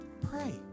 Pray